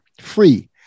free